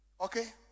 Okay